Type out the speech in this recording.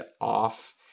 off